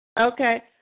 Okay